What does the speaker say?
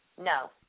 No